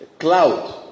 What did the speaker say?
Cloud